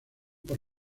por